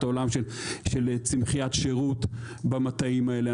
את העולם של צמחיית שירות במטעים האלה,